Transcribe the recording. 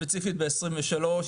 ספציפית ב-2023,